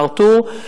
ארתור.